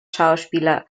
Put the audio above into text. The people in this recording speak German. schauspieler